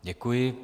Děkuji.